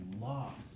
lost